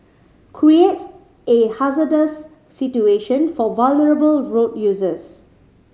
creates a hazardous situation for vulnerable road users